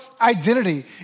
identity